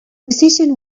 decision